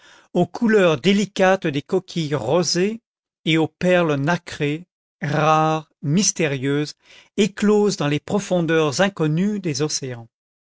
aux couleurs délicates des coquilles rosés et aux perles nacrées rares mystérieuses écloses dans les profondeurs inconnues des océans